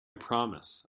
promise